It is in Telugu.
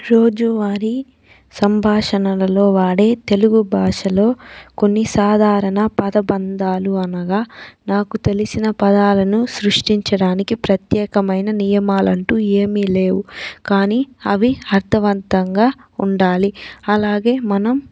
రోజువారి సంభాషణలలో వాడే తెలుగు భాషలో కొన్ని సాధారణ పద బంధాలు అనగా నాకు తెలిసిన పదాలను సృష్టించడానికి ప్రత్యేకమైన నియమాలంటూ ఏమీ లేవు కానీ అవి అర్థవంతంగా ఉండాలి అలాగే మనం